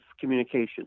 communication